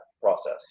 process